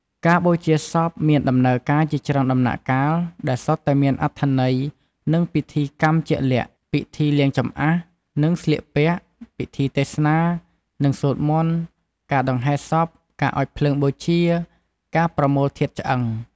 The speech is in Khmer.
ការបូជាសពមានដំណើរការជាច្រើនដំណាក់កាល ដែលសុទ្ធតែមានអត្ថន័យ និងពិធីកម្មជាក់លាក់ ពិធីលាងចម្អះ និងស្លៀកពាក់ ពិធីទេសនា និងសូត្រមន្ត ការដង្ហែសព ការអុជភ្លើងបូជា ការប្រមូលធាតុឆ្អឹង។